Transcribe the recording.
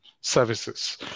services